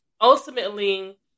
ultimately